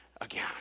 again